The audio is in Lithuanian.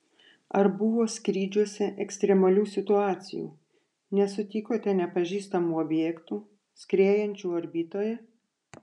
ar buvo skrydžiuose ekstremalių situacijų nesutikote nepažįstamų objektų skriejančių orbitoje